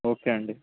okay అండి